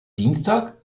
dienstag